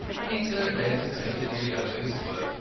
peter bent attentively over his work,